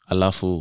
Alafu